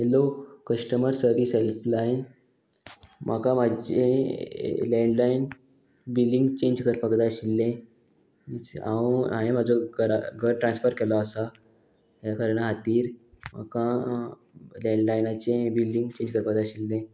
hello customer service helpline म्हाका म्हाजें landline billing change करपाक जाय आशिल्लें हांव हांयें म्हाजो घरा घर ट्रान्सफर केलो आसा ह्या कारणा खातीर म्हाका लँडलायनाचें बिलींग चेंज करपाक जाय आशिल्लें